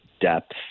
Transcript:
depth